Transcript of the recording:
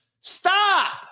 Stop